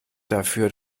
dafür